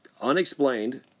unexplained